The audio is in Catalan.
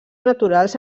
naturals